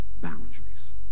boundaries